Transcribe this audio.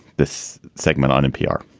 this segment on npr.